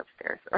upstairs